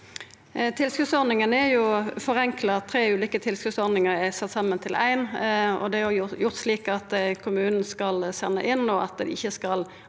Tilskotsordnin- ga er forenkla. Tre ulike tilskotsordningar er sette saman til ei. Det er gjort slik at kommunen skal senda inn, og at det skal